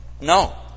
no